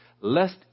lest